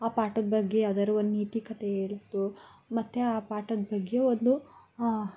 ಆ ಪಾಠದ ಬಗ್ಗೆ ಯಾವುದಾರು ಒಂದು ನೀತಿ ಕತೆ ಹೇಳಿದ್ದು ಮತ್ತು ಆ ಪಾಠದ ಬಗ್ಗೆ ಒಂದು